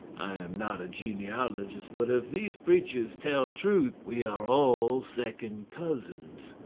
i am not a genealogist, but if these preachers tell truth, we are all second cousins.